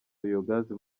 biyogazi